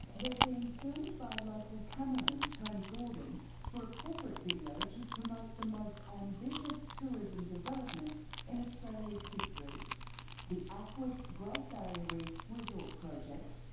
they're being filmed by local cameraman tony gordon for a corporate video to promote the most ambitious tourism development in australia's history the aquis great barrier reef resort project.